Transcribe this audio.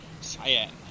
Cyan